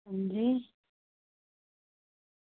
अंजी